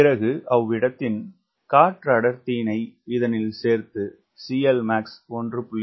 பிறகு அவ்விடத்தின் காற்றடர்த்தியினை இதனில் சேர்த்து CLmax 1